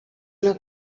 una